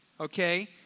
okay